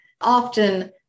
often